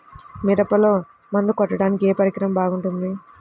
మిరపలో మందు కొట్టాడానికి ఏ పరికరం బాగుంటుంది?